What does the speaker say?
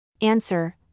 Answer